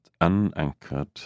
unanchored